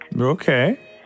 Okay